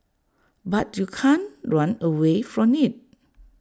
but you can't run away from IT